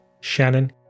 Shannon